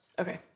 Okay